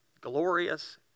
Glorious